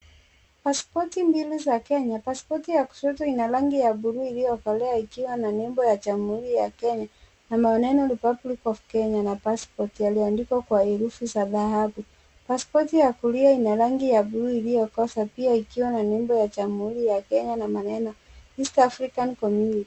Pasipoti mbili za Kenya. Pasipoti ya kushoto ina rangi ya buluu iliyokolea ikiwa na nembo ya jamhuri ya Kenya na maneno Republic Of Kenya na Passport kwa herufi za dhahabu. Pasipoti ya kulia ina rangi ya buluu iliyokosa pia ikiwa na nembo ya Jamhuri ya Kenya na maneno East African Community .